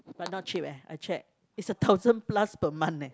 but not cheap eh I checked it's a thousand plus per month eh